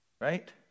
right